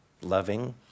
loving